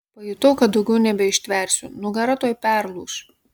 pajutau kad daugiau nebeištversiu nugara tuoj perlūš